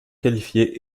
qualifiés